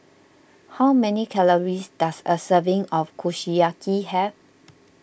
how many calories does a serving of Kushiyaki have